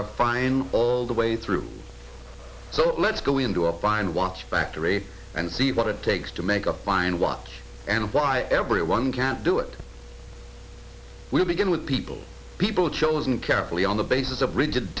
are fine all the way through so let's go into a fine watch factory and see what it takes to make a fine watch and why everyone can't do it we'll begin with people people chosen carefully on the basis of rigid